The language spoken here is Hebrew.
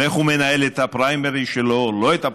ואיך הוא מנהל את הפריימריז שלו או לא את הפריימריז.